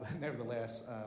Nevertheless